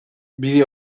bide